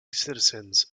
citizens